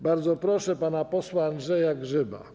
Bardzo proszę pana posła Andrzeja Grzyba.